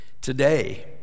today